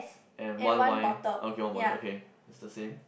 and one wine okay one bottle okay is the same